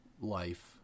life